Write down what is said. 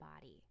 body